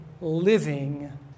living